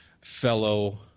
fellow